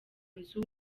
nzu